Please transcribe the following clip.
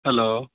hello